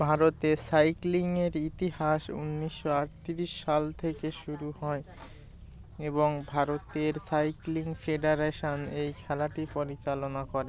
ভারতে সাইক্লিংয়ের ইতিহাস উনিশশো আটত্রিশ সাল থেকে শুরু হয় এবং ভারতের সাইক্লিং ফেডারেশান এই খেলাটি পরিচালনা করে